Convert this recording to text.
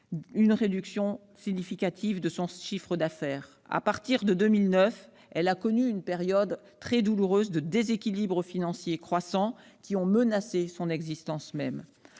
une réduction significative de son chiffre d'affaires. À partir de 2009, elle a connu une période très difficile de déséquilibre financier croissant, qui a fini par menacer son existence même.